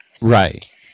right